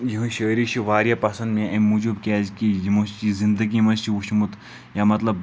یِہٕنٛز شٲعری چھِ واریاہ پسنٛد مےٚ امہِ موٗجوٗب کیٛازِکہِ یِمو چھِ یہِ زندگی منٛز وُچھمُت یا مطلب